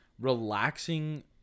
relaxing